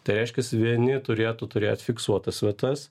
tai reiškias vieni turėtų turėt fiksuotas vietas